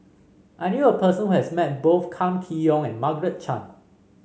I knew a person who has met both Kam Kee Yong and Margaret Chan